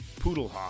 Poodlehawk